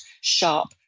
sharp